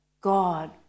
God